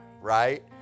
right